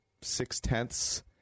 six-tenths